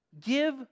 give